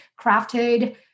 crafted